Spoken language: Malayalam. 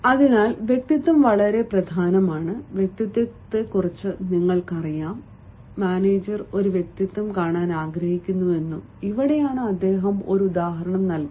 അതിനാൽ വ്യക്തിത്വം വളരെ പ്രധാനമാണ് വ്യക്തിത്വത്തെക്കുറിച്ച് നിങ്ങൾക്കറിയാം മാനേജർ ഒരു വ്യക്തിത്വം കാണാൻ ആഗ്രഹിക്കുന്നുവെന്നും ഇവിടെയാണ് അദ്ദേഹം ഒരു ഉദാഹരണം നൽകുന്നത്